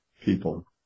people